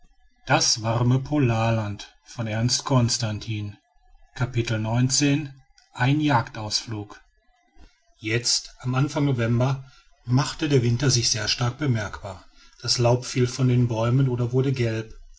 jetzt am anfang november machte der winter sich sehr stark bemerkbar das laub fiel von den bäumen oder wurde gelb